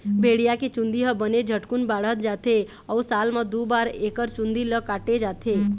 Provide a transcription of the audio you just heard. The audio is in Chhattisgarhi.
भेड़िया के चूंदी ह बने झटकुन बाढ़त जाथे अउ साल म दू बार एकर चूंदी ल काटे जाथे